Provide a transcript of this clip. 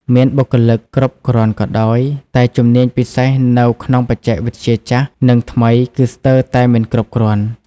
មានបុគ្គលិកគ្រប់គ្រាន់ក៏ដោយ តែជំនាញពិសេសនៅក្នុងបច្ចេកវិទ្យាចាស់ និងថ្មីគឺស្ទើរតែមិនគ្រប់គ្រាន់។